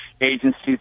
agencies